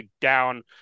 down